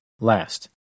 last